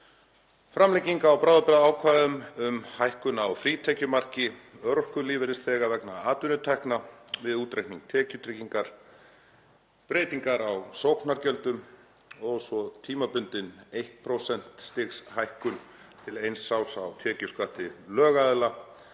framlenging á bráðabirgðaákvæðum um hækkun á frítekjumarki örorkulífeyrisþega vegna atvinnutekna við útreikning tekjutryggingar, breytingar á sóknargjöldum, tímabundin 1 prósentustigs hækkun til eins árs á tekjuskatti lögaðila